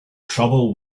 trouble